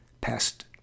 past